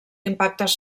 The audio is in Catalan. impactes